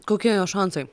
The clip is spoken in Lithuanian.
kokie jos šansai